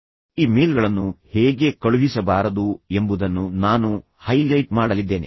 ಆದರೆ ನಿಜವಾಗಿಯೂ ಕೆಟ್ಟ ಇ ಮೇಲ್ಗಳನ್ನು ಹೇಗೆ ಕಳುಹಿಸಬಾರದು ಎಂಬುದನ್ನು ನಾನು ಹೈಲೈಟ್ ಮಾಡಲಿದ್ದೇನೆ